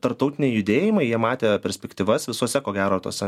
tarptautiniai judėjimai jie matė perspektyvas visose ko gero tose